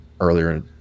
earlier